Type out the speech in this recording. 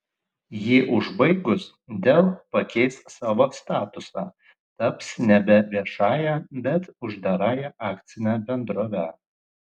jį užbaigus dell pakeis savo statusą taps nebe viešąja bet uždarąja akcine bendrove